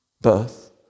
Birth